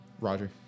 Roger